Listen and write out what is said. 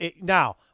Now